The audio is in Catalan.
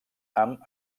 amb